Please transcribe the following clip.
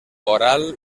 coral